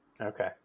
Okay